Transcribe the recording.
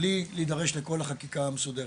בלי להידרש לכל החקיקה המסודרת.